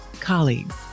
colleagues